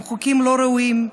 הם חוקים לא ראויים,